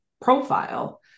profile